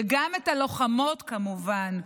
וגם את הלוחמות, כמובן.